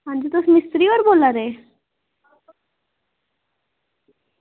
हां जी तुस मिस्तरी होर बोला दे